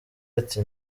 ati